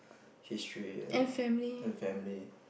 history and and family